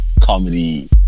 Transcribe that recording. comedy